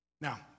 Now